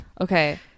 okay